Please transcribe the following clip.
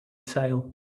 tail